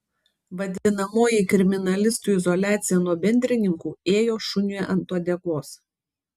vadinamoji kriminalistų izoliacija nuo bendrininkų ėjo šuniui ant uodegos